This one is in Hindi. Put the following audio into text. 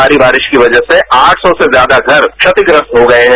भारी बारिश की कजह से आठ सौ से ज्यादा घर क्षतिग्रस्त हो गए हैं